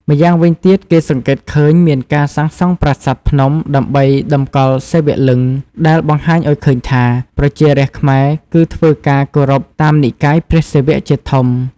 ម្យ៉ាងវិញទៀតគេសង្កេត ឃើញមានការសាងសង់ប្រាសាទភ្នំដើម្បីដំកល់សីវលឹង្គ ដែលបង្ហាញអោយឃើញថា ប្រជារាស្រ្តខ្មែរគឺធ្វើការ គោរពតាមនិកាយព្រះសិវៈជាធំ។